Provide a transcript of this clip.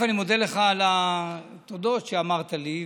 אני מודה לך על התודות שאמרת לי,